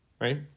right